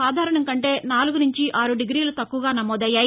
సాధారణం కంటే నాలుగు నుంచి ఆరు డిగ్రీలు తక్కువగా నమోదయ్యాయి